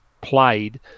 played